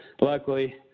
luckily